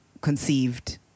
Conceived